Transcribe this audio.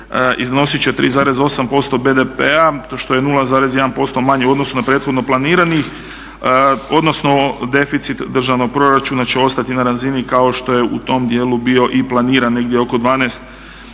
iznosit će 3,8% BDP-a što je 0,1% manje u odnosu na prethodno planirani, odnosno deficit državnog proračuna će ostati na razini kao što je u tom dijelu bio i planiran negdje oko 12,5